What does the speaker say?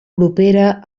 propera